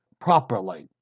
properly